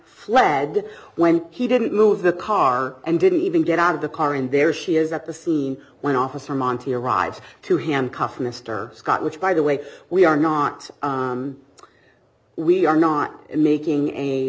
fled when he didn't move the car and didn't even get out of the car and there she is at the scene when officer monti arrives to handcuff mr scott which by the way we are not we are not making a